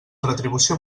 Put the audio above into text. retribució